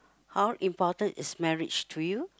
how important is marriage to you